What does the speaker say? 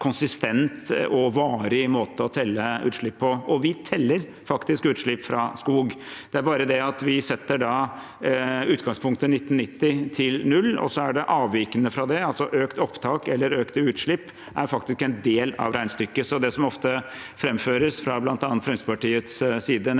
konsistent og varig måte å telle utslipp på. Vi teller faktisk utslipp fra skog, men det er bare det at vi setter utgangspunktet 1990 til null, og så er det avvikene fra det – altså økte opptak eller økte utslipp er faktisk en del av regnestykket. Det som ofte framføres fra bl.a. Fremskrittspartiets side,